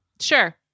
Sure